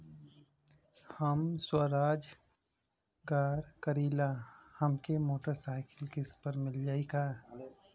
हम स्वरोजगार करीला हमके मोटर साईकिल किस्त पर मिल जाई का?